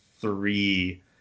three